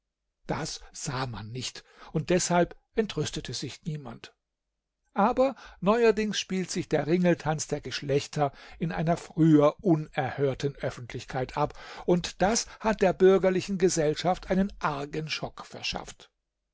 das sah man nicht und deshalb entrüstete sich niemand aber neuerdings spielt sich der ringeltanz der geschlechter in einer früher unerhörten öffentlichkeit ab und das hat der bürgerlichen gesellschaft einen argen schock verschafft